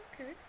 okay